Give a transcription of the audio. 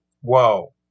Whoa